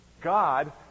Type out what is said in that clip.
God